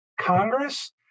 Congress